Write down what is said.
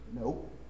Nope